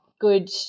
good